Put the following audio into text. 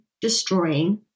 destroying